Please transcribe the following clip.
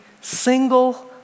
single